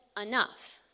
enough